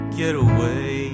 getaway